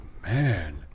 Man